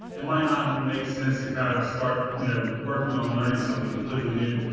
it might not make sense to kind of start you know working on learning something completely new.